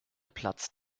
platz